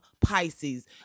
pisces